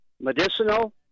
medicinal